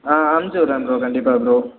ஆ அனுப்பிச்சு விடறேன் ப்ரோ கண்டிப்பாக ப்ரோ